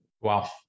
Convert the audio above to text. wow